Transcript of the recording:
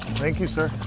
thank you, sir.